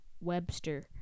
webster